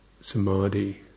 samadhi